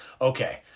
okay